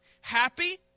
happy